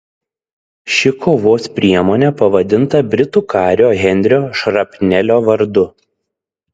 ši kovos priemonė pavadinta britų kario henrio šrapnelio vardu